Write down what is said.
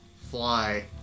fly